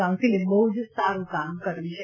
કાઉન્સીલે બહ્ જ સાડું કાર્ય કર્યું છે